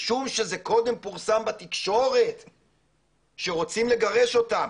משום שזה קודם פורסם בתקשורת שרוצים לגרש אותם,